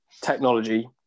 technology